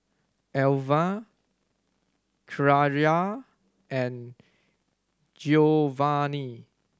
Elva Kyara and Giovani